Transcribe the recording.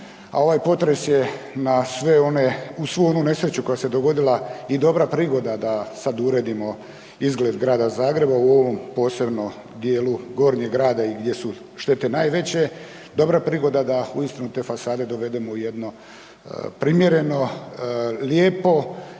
a ovaj potres je uz svu onu nesreću koja se dogodila i dobra prigoda da sad uredimo izgled Grada Zagreba u ovom posebnom dijelu Gornjeg grada i gdje su štete najveće, dobra prigoda da uistinu te fasade dovedemo u jedno primjereno, lijepo